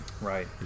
right